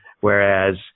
Whereas